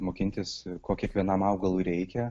mokintis ko kiekvienam augalui reikia